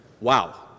Wow